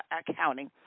accounting